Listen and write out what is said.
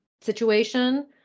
situation